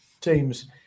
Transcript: teams